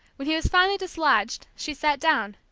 when he was finally dislodged, she sat down,